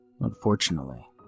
unfortunately